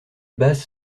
basses